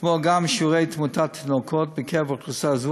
כמו גם שיעור תמותת תינוקות בקרב אוכלוסייה זו,